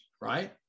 right